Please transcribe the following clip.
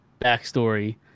backstory